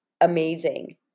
amazing